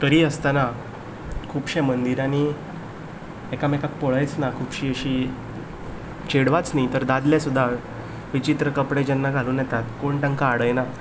तरी आसतना खुबशे मंदिरांनी एकामेकाक पळयच ना खुबशी अशीं चेडवांच न्हय तर दादले सुद्दां विचित्र कपडे जेन्ना घालून येतात कोण तांकां आडयना